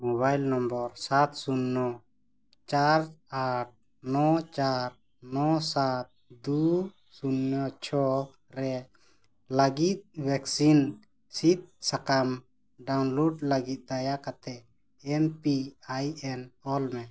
ᱥᱟᱛ ᱥᱩᱭᱱᱚ ᱪᱟᱨ ᱟᱴ ᱱᱚ ᱪᱟᱨ ᱱᱚ ᱥᱟᱛ ᱫᱩᱭ ᱥᱩᱭᱱᱚ ᱪᱷᱚ ᱨᱮ ᱞᱟᱹᱜᱤᱫ ᱥᱤᱫ ᱥᱟᱠᱟᱢ ᱞᱟᱹᱜᱤᱫ ᱫᱟᱭᱟ ᱠᱟᱛᱮᱫ ᱚᱞ ᱢᱮ